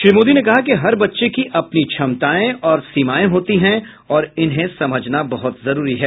श्री मोदी ने कहा कि हर बच्चे की अपनी क्षमताएं और सीमाएं होती हैं और इन्हें समझना बहुत जरूरी है